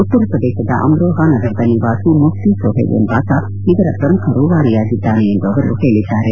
ಉತ್ತರ ಪ್ರದೇಶದ ಅಮ್ರೋಹಾ ನಗರದ ನಿವಾಸಿ ಮುಫ್ಟಿ ಸೋಹೇಲ್ ಎಂಬಾತ ಇದರ ಪ್ರಮುಖ ರೂವಾರಿಯಾಗಿದ್ದಾನೆ ಎಂದು ಅವರು ಹೇಳಿದ್ದಾರೆ